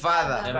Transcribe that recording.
Father